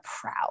proud